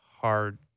hard –